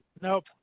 Nope